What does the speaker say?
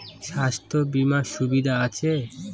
স্বাস্থ্য বিমার সুবিধা আছে?